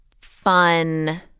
fun